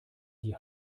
die